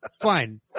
Fine